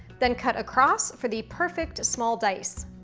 then cut across for the perfect small dice.